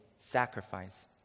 sacrifice